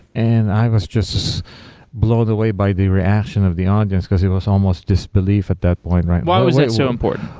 and i was just blown away by the reaction of the audience, because it was almost disbelief at that point. why was it so important?